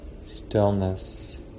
stillness